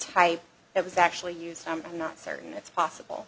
type that was actually used i'm not certain it's possible